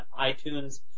iTunes